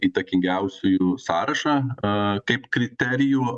įtakingiausiųjų sąrašą a kaip kriterijų